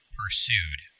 pursued